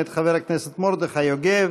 מאת חבר הכנסת מרדכי יוגב.